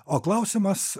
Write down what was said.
o klausimas